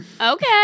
Okay